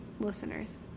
listeners